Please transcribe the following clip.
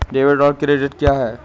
Debit और credit क्या है?